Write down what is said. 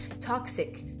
toxic